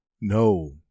No